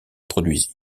produisit